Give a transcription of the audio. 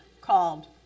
called